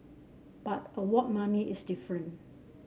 but award money is different